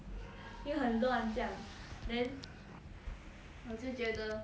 又很乱这样 then 我就觉得